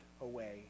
away